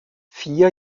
vier